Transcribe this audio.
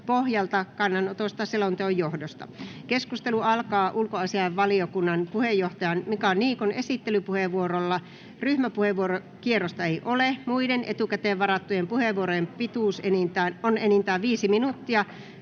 pohjalta kannanotosta selonteon johdosta. Keskustelu alkaa ulkoasiainvaliokunnan puheenjohtajan Mika Niikon esittelypuheenvuorolla. Ryhmäpuheenvuorokierrosta ei ole. Muiden etukäteen varattujen puheenvuorojen pituus on enintään viisi minuuttia.